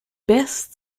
best